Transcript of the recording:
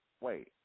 wait